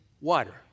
water